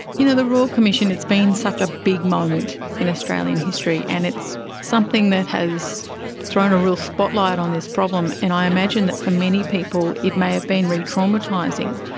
you know the royal commission, it's been such a big moment in australian history and it's something that has thrown a real spotlight on this problem. and i imagine that for many people it may have been re-traumatising.